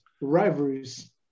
rivalries